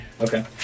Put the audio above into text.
Okay